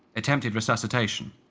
attempted resuscitation.